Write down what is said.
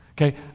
Okay